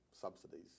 subsidies